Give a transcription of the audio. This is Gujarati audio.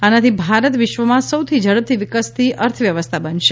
આનાથી ભારત વિશ્વમાં સૌથી ઝડપથી વિકસતી અર્થવ્યવસ્થા બનશે